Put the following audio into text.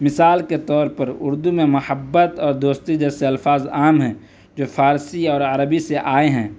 مثال کے طور پر اردو میں محبت اور دوستی جیسے الفاظ عام ہیں جو فارسی اور عربی سے آئے ہیں